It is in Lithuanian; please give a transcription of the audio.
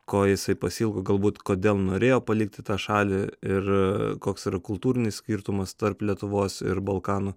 ko jisai pasiilgo galbūt kodėl norėjo palikti tą šalį ir koks yra kultūrinis skirtumas tarp lietuvos ir balkanų